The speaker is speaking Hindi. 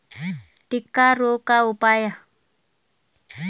टिक्का रोग का उपाय?